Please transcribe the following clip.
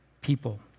people